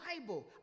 Bible